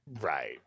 Right